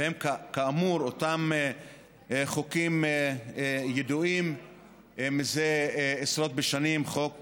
והם כאמור אותם חוקים ידועים מזה עשרות בשנים: חוק